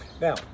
Now